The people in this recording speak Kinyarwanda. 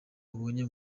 abonye